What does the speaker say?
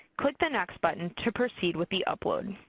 click the next button to proceed with the upload.